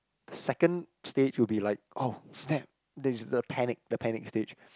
the second stage would be like oh snap then you just start to panic the panic stage